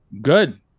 good